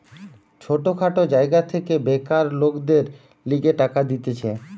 ছোট খাটো জায়গা থেকে বেকার লোকদের লিগে টাকা দিতেছে